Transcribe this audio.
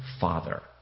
Father